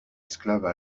esclaves